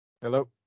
Hello